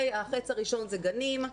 החץ הראשון זה גנים.